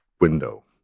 window